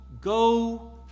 go